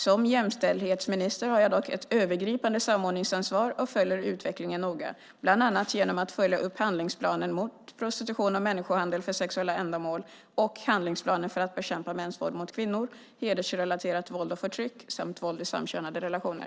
Som jämställdhetsminister har jag dock ett övergripande samordningsansvar och följer utvecklingen noga, bland annat genom att följa upp handlingsplanen mot prostitution och människohandel för sexuella ändamål och handlingsplanen för att bekämpa mäns våld mot kvinnor, hedersrelaterat våld och förtryck samt våld i samkönade relationer.